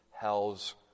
hell's